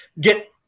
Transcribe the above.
get